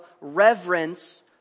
reverence